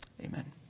Amen